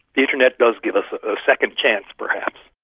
the internet does give us a second chance, perhaps.